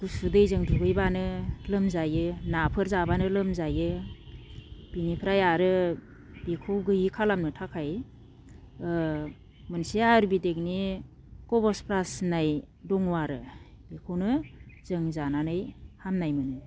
गुसु दैजों दुगैब्लानो लोमजायो नाफोर जाब्लानो लोमजायो बिनिफ्राय आरो बिखौ गैयै खालामनो थाखाय ओ मोनसे आयुरवेडिकनि काउफ्स भास होननाय दङ आरो बेखौनो जों जानाै हामनाय मोनो